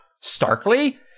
starkly